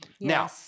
now